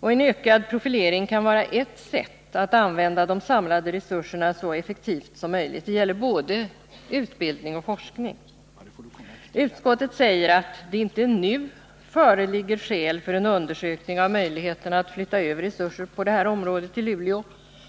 Och en ökad profilering kan vara ett sätt att använda de samlade resurserna så effektivt som möjligt. Det gäller både utbildning och forskning. Utskottet säger att det inte nu föreligger skäl för en undersökning av möjligheterna att flytta över resurser på detta område till Luleå.